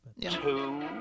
Two